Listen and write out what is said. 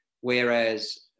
Whereas